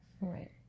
right